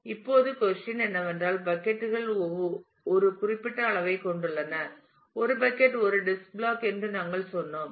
இப்போது கொஸ்டின் என்னவென்றால் பக்கட் கள் ஒரு குறிப்பிட்ட அளவைக் கொண்டுள்ளன ஒரு பக்கட் ஒரு டிஸ்ட் பிளாக் என்று நாங்கள் சொன்னோம்